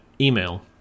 email